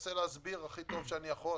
מנסה להסביר הכי טוב שאני יכול.